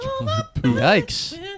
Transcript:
yikes